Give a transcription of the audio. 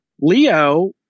Leo